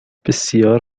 بسیار